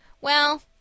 Well—